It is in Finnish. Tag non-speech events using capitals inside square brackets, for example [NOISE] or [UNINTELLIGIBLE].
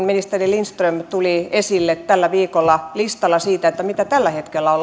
[UNINTELLIGIBLE] ministeri lindström tuli esille tällä viikolla listalla siitä mitä lainsäädäntöä tällä hetkellä on [UNINTELLIGIBLE]